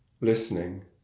listening